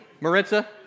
Maritza